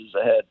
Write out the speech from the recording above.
ahead